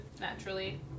naturally